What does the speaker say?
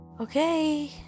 Okay